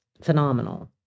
phenomenal